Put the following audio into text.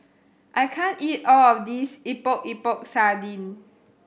I can't eat all of this Epok Epok Sardin